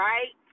Right